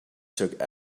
took